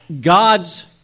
God's